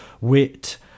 wit